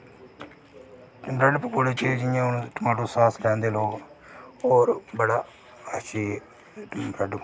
ते ब्रैड पकौड़े च जि'यां हून टोमैटो सॉस पांदे लोक होर बड़ा अच्छे अच्छे ब्रैड